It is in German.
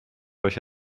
durch